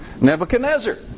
Nebuchadnezzar